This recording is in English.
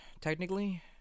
Technically